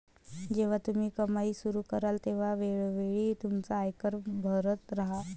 जेव्हा तुम्ही कमाई सुरू कराल तेव्हा वेळोवेळी तुमचा आयकर भरत राहा